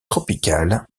tropicale